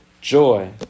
joy